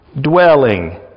dwelling